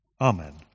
Amen